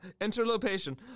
interlopation